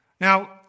Now